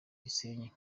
gisenyi